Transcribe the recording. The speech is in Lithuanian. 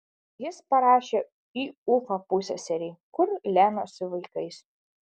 jis parašė į ufą pusseserei kur lena su vaikais